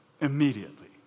Immediately